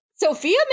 Sophia